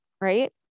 Right